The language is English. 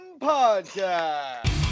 Podcast